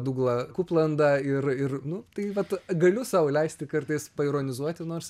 duglą kuplandą ir ir nu tai vat galiu sau leisti kartais paironizuoti nors